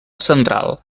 central